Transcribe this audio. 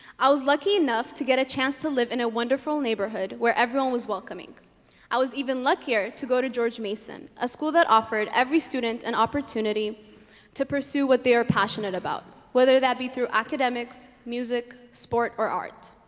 i was lucky enough to get a chance to live in a wonderful neighborhood where everyone was welcoming i was even luckier to go to george mason a school that offered every student an and opportunity to pursue what they are passionate about whether that be through academics music sport or art